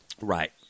Right